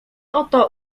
oto